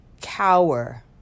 cower